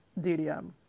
DDM